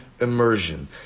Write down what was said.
immersion